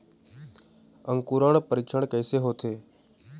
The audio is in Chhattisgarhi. अंकुरण परीक्षण कैसे होथे?